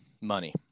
money